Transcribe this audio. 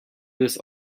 this